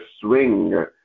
swing